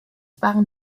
waren